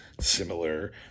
similar